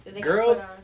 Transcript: girls